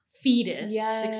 fetus